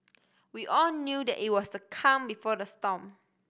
we all knew that it was the calm before the storm